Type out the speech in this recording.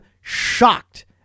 shocked